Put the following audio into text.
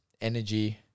energy